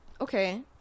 Okay